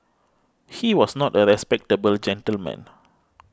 he was not a respectable gentleman